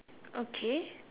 okay